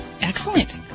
Excellent